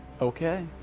Okay